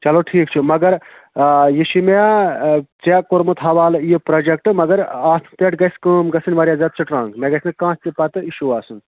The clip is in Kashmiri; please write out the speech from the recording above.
چلو ٹھیٖک چھُ مگر آ یہِ چھُ مےٚ ژےٚ کوٚرمُت حوال یہِ پرٛوجَیکٹہٕ مگر اَتھ پٮ۪ٹھ گژھِ کٲم گژھٕنۍ واریاہ زیادٕ سِٹرٛانٛگ مےٚ گژھِ نہٕ کانٛہہ تہِ پَتہٕ اِشوٗ آسُن